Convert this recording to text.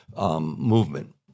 Movement